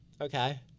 Okay